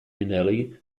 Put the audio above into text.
minnelli